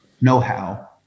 know-how